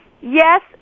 Yes